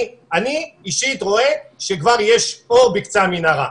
אני אישית רואה שכבר יש אור בקצה המנהרה,